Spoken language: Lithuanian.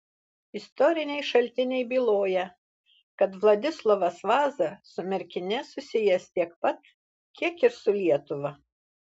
istoriniai šaltiniai byloja kad vladislovas vaza su merkine susijęs tiek pat kiek ir su lietuva